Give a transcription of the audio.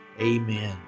amen